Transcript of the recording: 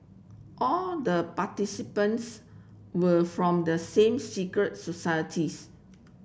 all the participants were from the same secret societies